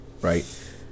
right